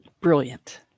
brilliant